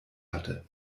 hatte